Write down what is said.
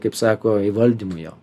kaip sako įvaldymui jo